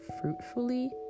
fruitfully